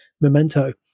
Memento